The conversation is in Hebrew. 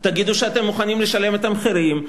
תגידו שאתם מוכנים לשלם את המחירים,